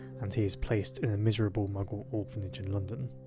and he is placed in a miserable muggle orphanage in london.